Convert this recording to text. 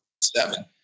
seven